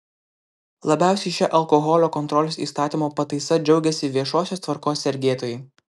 labiausiai šia alkoholio kontrolės įstatymo pataisa džiaugiasi viešosios tvarkos sergėtojai